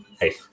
Hey